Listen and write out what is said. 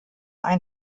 ein